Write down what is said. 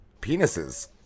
penises